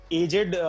aged